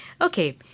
Okay